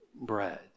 bread